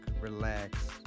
relax